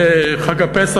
בחג הפסח,